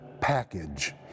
package